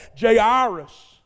Jairus